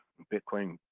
bitcoin.